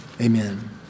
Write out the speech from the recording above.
Amen